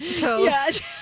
toast